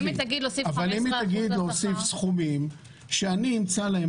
אבל אם היא תגיד להוסיף סכומים שאני אמצא להם